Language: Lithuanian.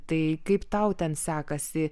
tai kaip tau ten sekasi